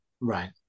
Right